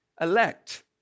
elect